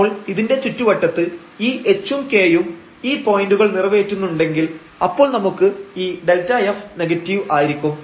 അപ്പോൾ ഇതിന്റെ ചുറ്റുവട്ടത്ത് ഈ h ഉം k യും ഈ പോയന്റുകൾ നിറവേറ്റുന്നുണ്ടെങ്കിൽ അപ്പോൾ നമുക്ക് ഈ Δf നെഗറ്റീവ് ആയിരിക്കും